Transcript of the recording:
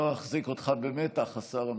לא אחזיק אותך במתח, השר אמסלם.